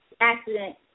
accident